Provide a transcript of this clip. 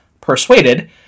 persuaded